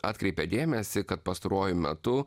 atkreipė dėmesį kad pastaruoju metu